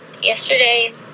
Yesterday